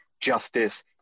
justice